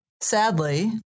sadly